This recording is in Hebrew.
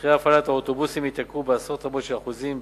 מחירי הפעלת האוטובוסים התייקרו בעשרות רבות של אחוזים.